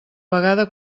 vegada